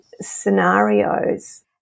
scenarios